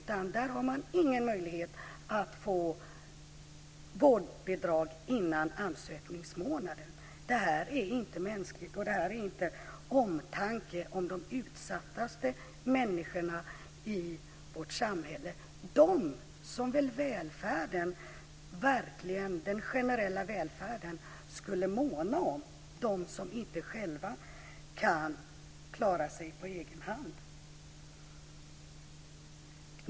Man har ingen möjlighet att få vårdbidrag före ansökningsmånaden. Det är inte mänskligt. Det är inte omtanke om de mest utsatta människorna i vårt samhälle, de som den generella välfärden verkligen skulle måna om, de som inte kan klara sig på egen hand.